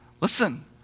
Listen